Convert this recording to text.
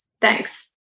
Thanks